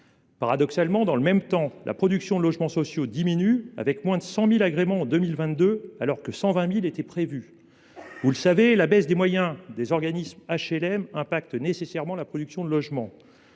social. Dans le même temps, la production de logements sociaux diminue : il y a eu moins de 100 000 agréments en 2022, alors que 120 000 étaient prévus. Chacun le sait, la baisse des moyens des organismes d’HLM impacte nécessairement la production de ces logements.